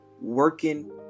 working